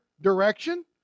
direction